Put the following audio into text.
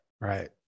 Right